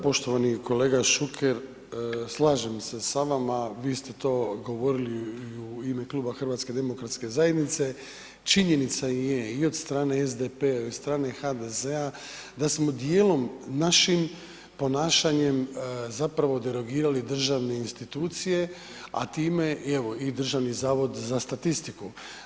Poštovani kolega Šuker, slažem se sa vama vi ste to i govorili u ime Kluba HDZ-a, činjenica je i od strane SDP-a i od strane HDZ-a da smo dijelom našim ponašanjem zapravo derogirali državne institucije, a time evo i Državni zavod za statistiku.